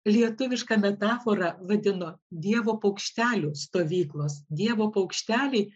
lietuvišką metaforą vadino dievo paukštelių stovyklos dievo paukšteliai